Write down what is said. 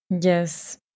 Yes